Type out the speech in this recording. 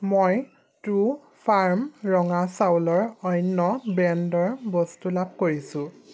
মই ট্ৰুফাৰ্ম ৰঙা চাউলৰ অন্য ব্ৰেণ্ডৰ বস্তু লাভ কৰিছোঁ